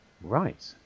Right